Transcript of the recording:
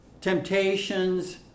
temptations